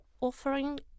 offering